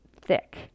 thick